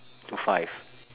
to five